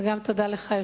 וגם תודה לך,